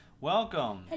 Welcome